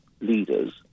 leaders